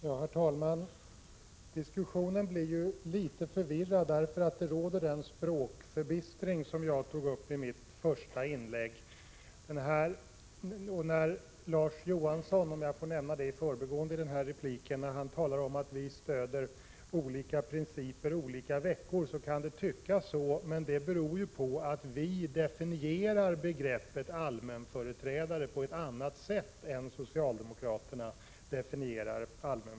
Herr talman! Diskussionen blir litet förvirrad på grund av den språkförbistring som jag tog upp i mitt första inlägg. Larz Johansson — låt mig i förbigående nämna honom i denna replik — menar att vi skulle stödja olika principer olika veckor, men att han får det intrycket beror på att vi definierar begreppet ”allmänföreträdare” på annat sätt än vad socialdemokraterna gör.